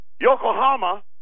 Yokohama